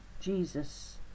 Jesus